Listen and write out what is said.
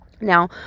Now